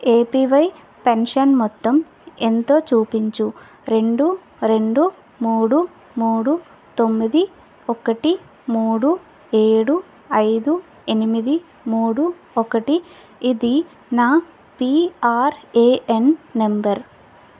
APY pension మొత్తం ఎంతో చూపించు రెండు రెండు మూడు మూడు తొమ్మిది ఒకటి మూడు ఏడు ఐదు ఎనిమిది మూడు ఒకటి ఇది నా పీఆర్ఏఎన్ నంబర్